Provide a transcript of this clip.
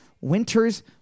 winter's